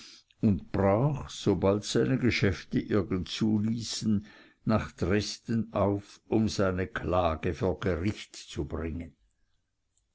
und brach sobald es seine geschäfte irgend zuließen nach dresden auf um seine klage vor gericht zu bringen